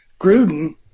Gruden